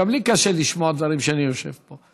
גם לי קשה לשמוע דברים כשאני יושב פה,